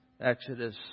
Exodus